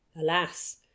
Alas